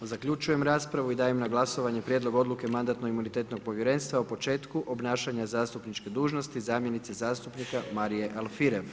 Zaključujem raspravu i dajem na glasovanje Prijedlog odluke Mandatno-imunitetnog povjerenstva o početku obnašanja zastupničke dužnosti zamjenici zastupnika Marije Alfirev.